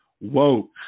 woke